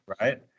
right